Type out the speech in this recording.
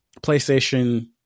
PlayStation